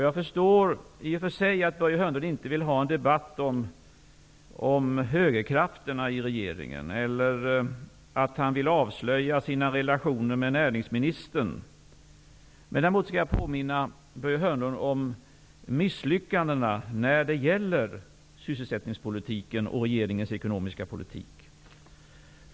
Jag förstår i och för sig att Börje Hörnlund inte vill ha en debatt om högerkrafterna i regeringen, eller att han inte vill avslöja sina relationer med näringsministern. Däremot skall jag påminna Börje Hörnlund om misslyckandena när det gäller sysselsättningspolitiken och regeringens ekonomiska politik.